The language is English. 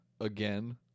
again